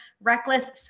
reckless